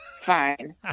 Fine